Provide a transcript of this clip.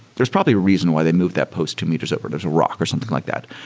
there's probably a reason why they moved that post two meters over. there's a rock or something like that.